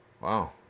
Wow